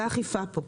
זאת האכיפה פה,